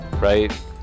right